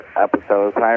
episodes